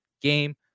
game